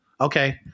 okay